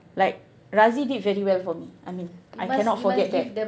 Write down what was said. like Razi did very well for me I mean I cannot forget that